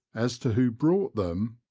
as to who brought them,